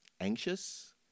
anxious